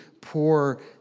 poor